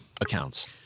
Accounts